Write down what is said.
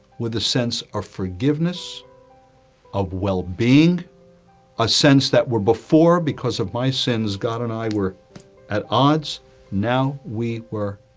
with a sense of forgiveness of well-being a sense that were before because of my sins. god and i were at odds now, we were?